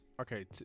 Okay